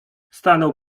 stanął